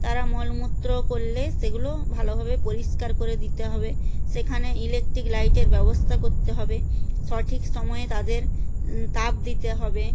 তারা মল মূত্র করলে সেগুলো ভালোভাবে পরিষ্কার করে দিতে হবে সেখানে ইলেকট্রিক লাইটের ব্যবস্থা করতে হবে সঠিক সময় তাদের তাপ দিতে হবে